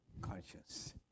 conscience